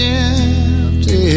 empty